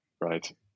right